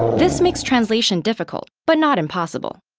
this makes translation difficult but not impossible.